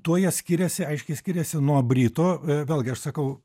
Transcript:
tuo jie skiriasi aiškiai skiriasi nuo brito vėlgi aš sakau